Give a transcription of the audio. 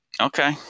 Okay